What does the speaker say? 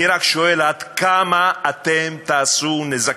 אני רק שואל עד כמה אתם תעשו נזקים.